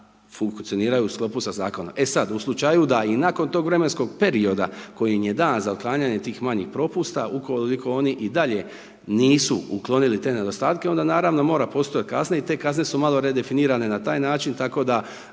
da funkcioniraju u sklopu sa zakonom. E sad, u slučaju da i nakon tog vremenskog perioda koji im je dan za otklanjanje tih manjih propusta. Ukoliko oni i dalje nisu uklonili te nedostatke, onda naravno mora postojati kazne i te kazne su malo redefinirane na taj način, tako da,